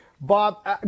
Bob